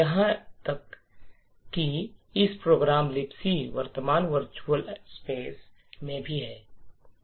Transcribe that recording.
यहां तक कि इस कार्यक्रम में लिब्स वर्तमान वर्चुअल एड्रेस स्पेस में भी है